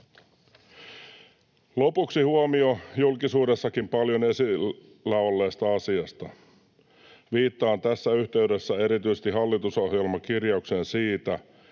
Lopuksi huomio julkisuudessakin paljon esillä olleesta asiasta: Viittaan tässä yhteydessä erityisesti hallitusohjelmakirjaukseen siitä,